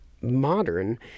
modern